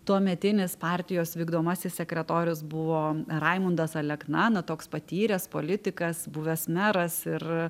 tuometinis partijos vykdomasis sekretorius buvo raimundas alekna na toks patyręs politikas buvęs meras ir